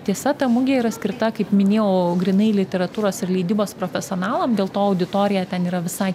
tiesa ta mugė yra skirta kaip minėjau grynai literatūros ir leidybos profesionalam dėl to auditorija ten yra visai